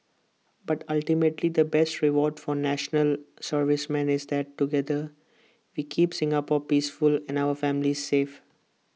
but ultimately the best reward for National Servicemen is that together we keep Singapore peaceful and our families safe